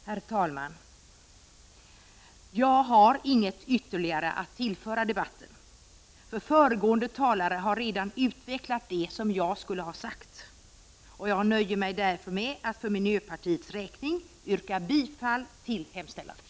Herr talman! Jag har inget ytterligare att tillföra debatten, eftersom föregående talare redan har utvecklat det som jag skulle ha sagt. Jag nöjer mig därför med att för miljöpartiets räkning yrka bifall till utskottets hemställan.